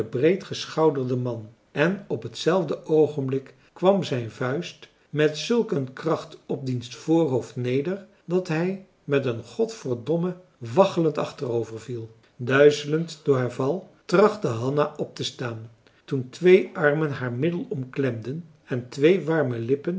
novellen breedgeschouderden man en op hetzelfde oogenblik kwam zijn vuist met zulk een kracht op diens voorhoofd neder dat hij met een god verdomm'me waggelend achterover viel duizelend door haar val trachtte hanna optestaan toen twee armen haar middel omklemden en twee warme lippen